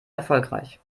erfolgreich